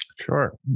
sure